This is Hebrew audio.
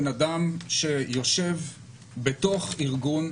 על בן אדם שיושב בתוך ארגון.